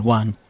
one